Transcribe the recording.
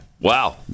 Wow